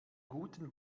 guten